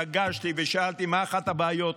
פגשתי ושאלתי מה אחת הבעיות,